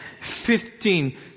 fifteen